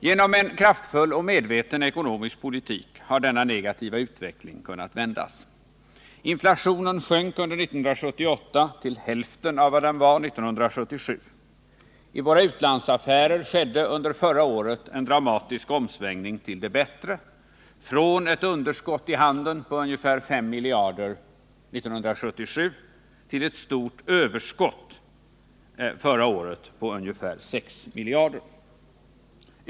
Genom en kraftfull och medveten ekonomisk politik har denna negativa utveckling kunnat vändas. Inflationen sjönk under 1978 till hälften av vad den var 1977. I våra utlandsaffärer skedde under förra året en dramatisk omsvängning till det bättre — från ett underskott i handeln på ungefär 5 miljarder år 1977 till ett stort överskott förra året på ungefär 6 miljarder.